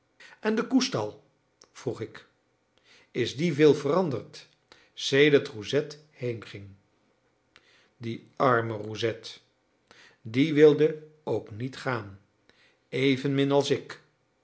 en de koestal vroeg ik is die veel veranderd sedert roussette heenging die arme roussette die wilde ook niet gaan evenmin als ik